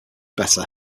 better